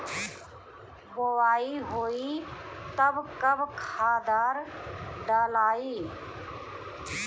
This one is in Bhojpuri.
बोआई होई तब कब खादार डालाई?